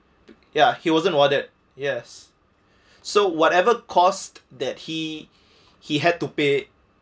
ya he wasn't warded yes so whatever cost that he he had to pay